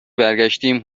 برگشتیم